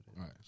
Right